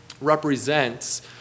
represents